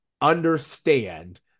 understand